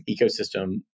ecosystem